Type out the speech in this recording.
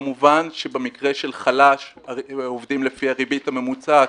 כמובן שבמקרה של חלש עובדים לפי הריבית הממוצעת,